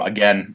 Again